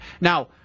Now